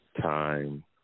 time